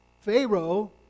Pharaoh